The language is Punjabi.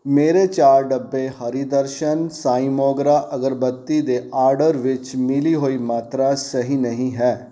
ਮੇਰੇ ਚਾਰ ਡੱਬੇ ਹਰੀ ਦਰਸ਼ਨ ਸਾਈਂ ਮੋਗਰਾ ਅਗਰਬੱਤੀ ਦੇ ਆਰਡਰ ਵਿੱਚ ਮਿਲੀ ਹੋਈ ਮਾਤਰਾ ਸਹੀ ਨਹੀਂ ਹੈ